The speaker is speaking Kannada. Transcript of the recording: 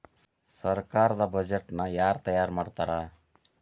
ಸರ್ಕಾರದ್ ಬಡ್ಜೆಟ್ ನ ಯಾರ್ ತಯಾರಿ ಮಾಡ್ತಾರ್?